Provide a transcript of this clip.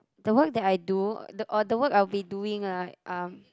the work that I do or the work I'll be doing ah um